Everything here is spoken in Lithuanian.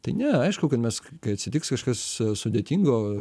tai ne aišku kad mes kai atsitiks kažkas sudėtingo